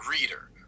reader